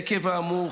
עקב האמור,